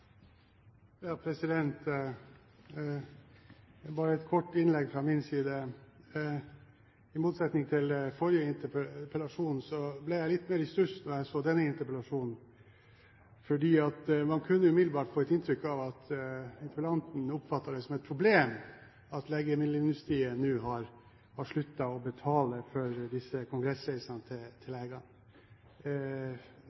Bare et kort innlegg fra min side. I forhold til ved forrige interpellasjon ble jeg litt mer i stuss da jeg så denne interpellasjonen, for man kunne umiddelbart få et inntrykk av at interpellanten oppfattet det som et problem at legemiddelindustrien nå har sluttet å betale for disse kongressreisene til